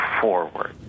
forward